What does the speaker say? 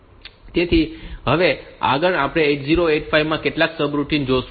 તેથી હવે આગળ આપણે 8085 માં કેટલાક સબરૂટિન જોઈશું